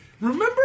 Remember